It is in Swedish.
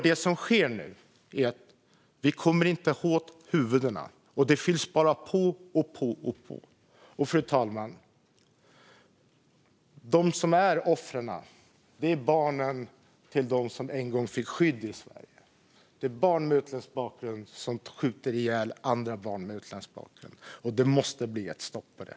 Det som sker nu är att vi inte kommer åt huvudena, och det fylls bara på och på och på. Fru talman! De som är offren är barnen till dem som en gång fick skydd i Sverige. Det är barn med utländsk bakgrund som skjuter ihjäl andra barn med utländsk bakgrund, och det måste bli ett stopp på det.